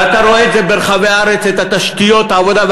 ואתה רואה את זה ברחבי הארץ, את התשתיות והעבודה.